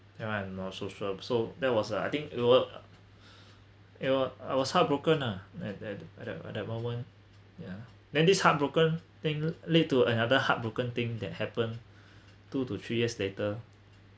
then I'm not so sure so that was uh I think it wa~ it was~ I was heartbroken ah an~ at that at that moment ya then this heartbroken thing led to another heartbroken thing that happen two to three years later